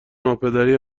ناپدری